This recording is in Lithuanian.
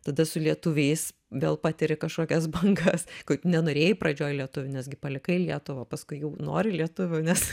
tada su lietuviais vėl patiri kažkokias bangas kad nenorėjai pradžioj lietuvių nesgi palikai lietuvą paskui jau nori lietuvių nes